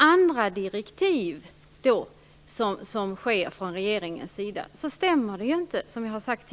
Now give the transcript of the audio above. Överenskommelsen stämmer ju inte med andra direktiv som regeringen har utfärdat.